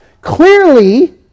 Clearly